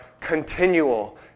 continual